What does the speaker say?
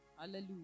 Hallelujah